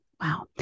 Wow